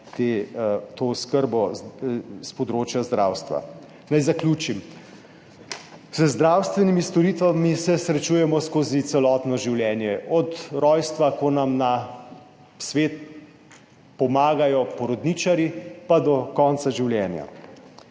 to oskrbo s področja zdravstva. Naj zaključim. Z zdravstvenimi storitvami se srečujemo skozi celotno življenje, od rojstva, ko nam na svet pomagajo porodničarji, pa do konca življenja.